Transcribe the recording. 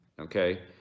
okay